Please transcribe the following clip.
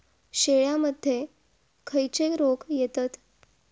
शेळ्यामध्ये खैचे रोग येतत?